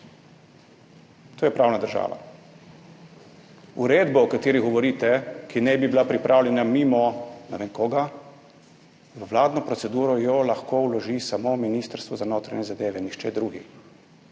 To je pravna država. Uredba, o kateri govorite, ki naj bi bila pripravljena mimo ne vem koga, v vladno proceduro jo lahko vloži samo Ministrstvo za notranje zadeve, nihče drugi.